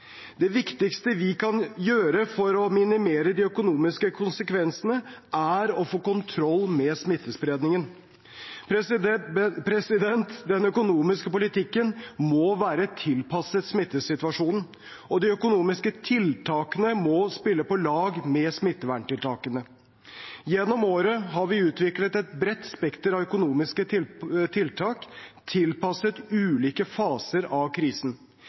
Det viktigste vi kan gjøre for å minimere de økonomiske konsekvensene, er å få kontroll med smittespredningen. Den økonomiske politikken må være tilpasset smittesituasjonen, og de økonomiske tiltakene må spille på lag med smitteverntiltakene. Gjennom året har vi utviklet et bredt spekter av økonomiske tiltak tilpasset ulike faser av krisen.